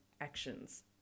actions